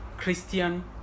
Christian